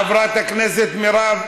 חברת הכנסת מירב,